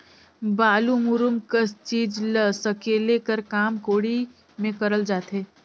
बालू, मूरूम कस चीज ल सकेले कर काम कोड़ी मे करल जाथे